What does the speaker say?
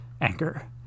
anchor